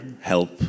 help